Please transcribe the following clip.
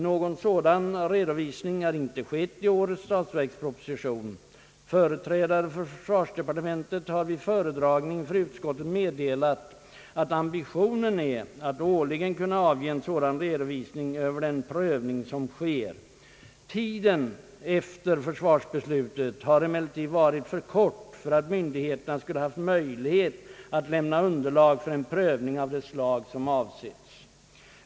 Någon sådan redovisning har inte skett i årets statsverksproposition. Företrädare för försvarsdepartementet har vid föredragning inför utskottet meddelat att ambitionen är att årligen kunna avge en sådan redovisning över den prövning som sker. Tiden efter försvarsbeslutet har emellertid varit för kort för att myndigheterna skulle haft möjlighet att lämna underlag för en prövning av det slag som avses.